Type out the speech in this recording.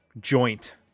joint